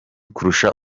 kurusha